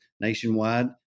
nationwide